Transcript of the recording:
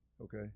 Okay